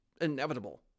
inevitable